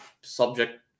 subject